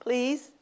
Please